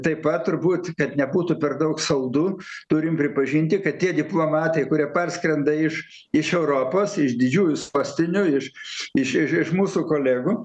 taip pat turbūt kad nebūtų per daug saldu turim pripažinti kad tie diplomatai kurie parskrenda iš iš europos iš didžiųjų sostinių iš iš iš iš mūsų kolegų